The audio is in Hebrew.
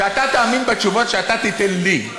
שאתה תאמין בתשובות שאתה תיתן לי,